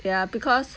ya because